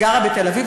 גרה בתל-אביב,